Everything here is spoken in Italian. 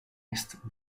est